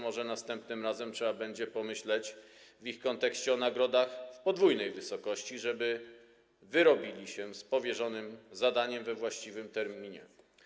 Może następnym razem trzeba będzie pomyśleć w ich kontekście o nagrodach w podwójnej wysokości, żeby wyrobili się z powierzonym zadaniem we właściwym terminie.